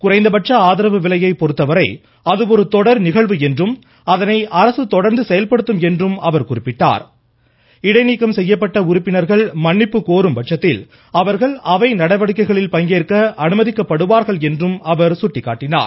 குறைந்தபட்ச ஆதரவு விலையை பொறுத்தவரை அது ஒரு தொடர் நிகழ்வு என்றும் அதனை அரசு தொடர்ந்து செயல்படுத்தும் என்றும் அவர் குறிப்பிட்டார் இடைநீக்கம் செய்யப்பட்ட உறுப்பினர்கள் மன்னிப்பு கோரும் பட்சத்தில் அவர்கள் அவை நடவடிக்கைகள் பங்கேற்க அனுமதிக்கப்படுவார்கள் என்றும் அவர் சுட்டிக்காட்டினார்